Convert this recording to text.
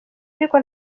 ariko